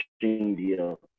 deal